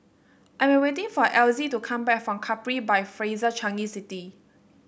I am waiting for Elzie to come back from Capri by Fraser Changi City